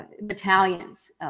battalions